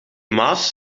maas